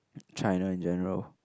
China in general